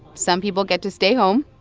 some people get to stay home,